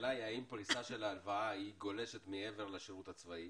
השאלה היא האם הפריסה של ההלוואה גולשת מעבר לשירות הצבאי?